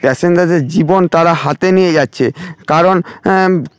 প্যাসেঞ্জারের জীবন তারা হাতে নিয়ে যাচ্ছে কারণ